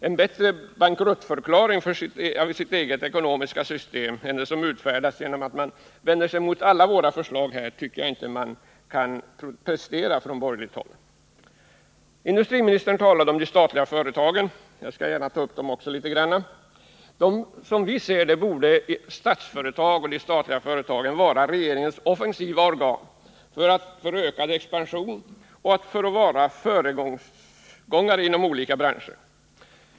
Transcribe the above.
En bättre bankruttförklaring av sitt eget system än den som utfärdas genom att man vänder sig mot alla våra förslag kan inte presteras från borgerligt håll. Industriministern talade om de statliga företagen. Även jag skall gärna ta upp dem till en liten diskussion. Som vi ser det borde Statsföretag och de statliga företagen vara regeringens offensiva organ för ökad expansion och för ett föregångsarbete inom olika branscher.